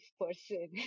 person